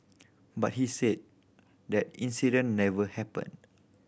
but he said that incident never happened